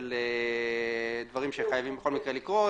של דברים שחייבים לקרות,